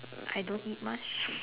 I don't eat much